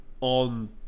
on